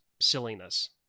silliness